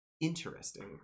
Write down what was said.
Interesting